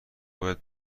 باید